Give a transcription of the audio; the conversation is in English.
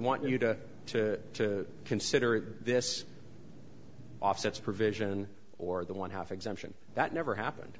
want you to to consider this offsets provision or the one half exemption that never happened